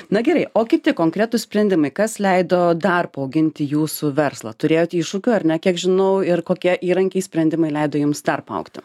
na gerai o kiti konkretūs sprendimai kas leido dar paauginti jūsų verslą turėjot iššūkių ar ne kiek žinau ir kokie įrankiai sprendimai leido jums dar paaugti